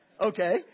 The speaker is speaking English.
okay